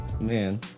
man